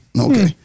Okay